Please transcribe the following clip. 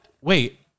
wait